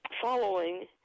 following